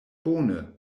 bone